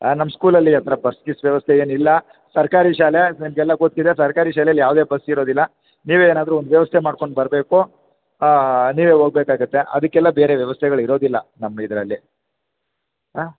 ನಮ್ಮ ಸ್ಕೂಲಲ್ಲಿ ಆ ಥರ ಬಸ್ ಗಿಸ್ ವ್ಯವಸ್ಥೆ ಏನಿಲ್ಲ ಸರ್ಕಾರಿ ಶಾಲೆ ನನಗೆಲ್ಲ ಗೊತ್ತಿದೆ ಸರ್ಕಾರಿ ಶಾಲೇಲ್ಲಿ ಯಾವುದೇ ಬಸ್ ಇರೋದಿಲ್ಲ ನೀವೇ ಏನಾದರು ಒಂದು ವ್ಯವಸ್ಥೆ ಮಾಡ್ಕೊಂಡು ಬರಬೇಕು ನೀವೇ ಹೋಗಬೇಕಾಗತ್ತೆ ಅದಕ್ಕೆಲ್ಲ ಬೇರೆ ವ್ಯವಸ್ಥೆಗಳು ಇರೋದಿಲ್ಲ ನಮ್ಮ ಇದರಲ್ಲಿ ಆಂ